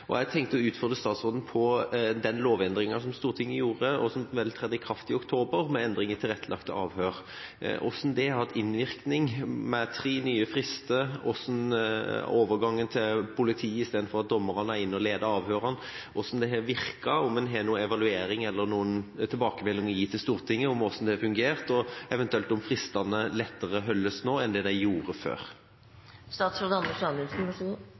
Jeg tenkte å utfordre statsråden med hensyn til den lovendringen som Stortinget gjorde med endring i tilrettelagte avhør, og som vel trådte i kraft i oktober: Hvordan har det hatt innvirkning med tre nye frister? Hvordan har overgangen til politi i stedet for at dommeren er inne og leder avhørene, virket? Har man noen evaluering eller tilbakemelding å gi til Stortinget om hvordan det har fungert, og holdes eventuelt fristene lettere nå enn de gjorde